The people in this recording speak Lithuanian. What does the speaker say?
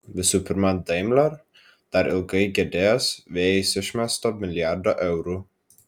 visų pirma daimler dar ilgai gedės vėjais išmesto milijardo eurų